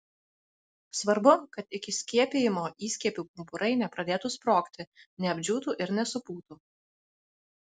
svarbu kad iki skiepijimo įskiepių pumpurai nepradėtų sprogti neapdžiūtų ir nesupūtų